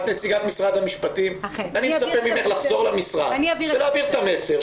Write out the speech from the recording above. את נציגת משרד המשפטים ואני מצפה ממך לחזור למשרד ולהעביר את המסר.